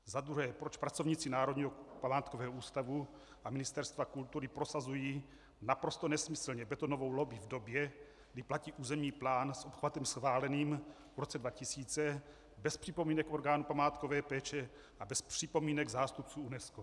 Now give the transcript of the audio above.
Za druhé: Proč pracovníci Národního památkového ústavu a Ministerstva kultury prosazují naprosto nesmyslně betonovou lobby v době, kdy platí územní plán s obchvatem schváleným v roce 2000 bez připomínek orgánů památkové péče a bez připomínek zástupců UNESCO?